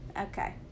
Okay